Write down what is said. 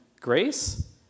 grace